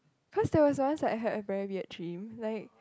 cause there was once I had a very weird dream like